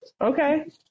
Okay